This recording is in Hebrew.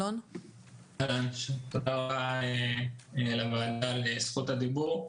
תודה רבה על רשות הדיבור.